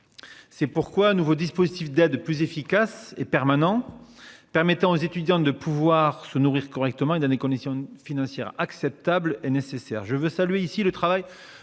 C'est pourquoi un nouveau dispositif d'aide plus efficace et permanent. Permettant aux étudiants de pouvoir se nourrir correctement et dans des conditions financières acceptables et nécessaire. Je veux saluer ici le travail